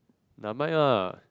nevermind lah